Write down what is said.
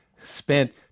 spent